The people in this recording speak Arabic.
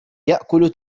يأكل